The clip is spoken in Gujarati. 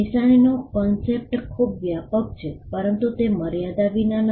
નિશાનીનો કન્સેપ્ટ ખૂબ વ્યાપક છે પરંતુ તે મર્યાદા વિના નથી